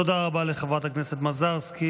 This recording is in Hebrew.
תודה רבה לחברת הכנסת מזרסקי.